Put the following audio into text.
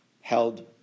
held